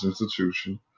institution